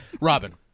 Robin